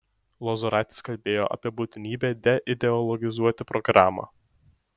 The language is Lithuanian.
lozuraitis kalbėjo apie būtinybę deideologizuoti programą